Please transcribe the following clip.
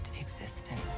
existence